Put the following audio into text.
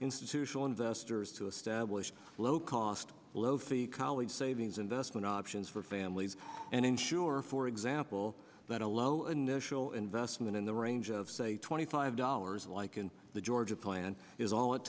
institutional investors to establish low cost low fee college savings investment options for families and ensure for example that a low initial investment in the range of say twenty five dollars like in the georgia plan is all it